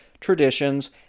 traditions